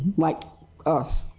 like us?